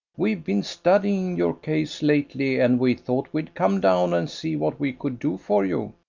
we've been studying your case lately and we thought we'd come down and see what we could do for you.